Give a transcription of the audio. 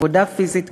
עבודה פיזית קשה,